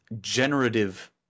generative